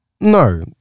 no